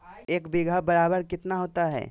एक बीघा बराबर कितना होता है?